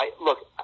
Look